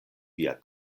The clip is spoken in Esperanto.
via